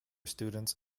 students